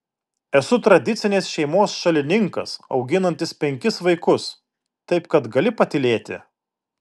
esu tradicinės šeimos šalininkas auginantis penkis vaikus taip kad gali patylėti